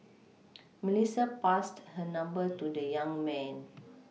Melissa passed her number to the young man